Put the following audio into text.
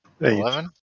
Eleven